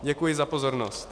Děkuji za pozornost.